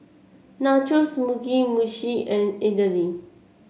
Nachos Mugi Meshi and Idili